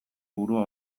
burua